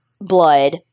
blood